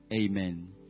Amen